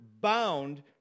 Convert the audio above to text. bound